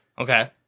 Okay